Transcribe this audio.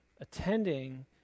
attending